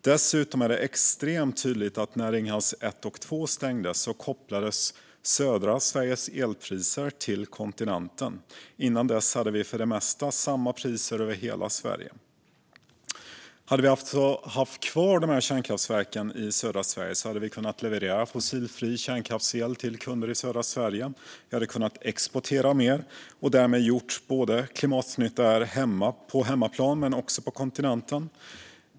Dessutom är det extremt tydligt att när Ringhals 1 och 2 stängdes kopplades södra Sveriges elpriser till kontinenten. Innan dess hade vi för det mesta samma priser över hela Sverige. Hade vi haft kvar kärnkraftverken hade vi alltså kunnat leverera fossilfri kärnkraftsel till kunder i södra Sverige. Vi hade kunnat exportera mer och därmed gjort klimatnytta både på hemmaplan och också på kontinenten.